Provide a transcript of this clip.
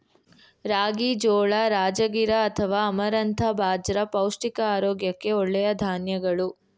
ರಾಗಿ, ಜೋಳ, ರಾಜಗಿರಾ ಅಥವಾ ಅಮರಂಥ ಬಾಜ್ರ ಪೌಷ್ಟಿಕ ಆರೋಗ್ಯಕ್ಕೆ ಒಳ್ಳೆಯ ಧಾನ್ಯಗಳು